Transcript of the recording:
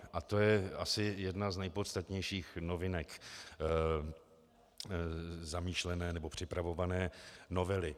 A to je asi jedna z nejpodstatnějších novinek zamýšlené nebo připravované novely.